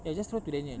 ya just throw to daniel